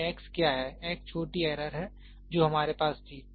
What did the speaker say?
यह x क्या है x छोटी एरर है जो हमारे पास थी